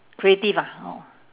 creative ah oh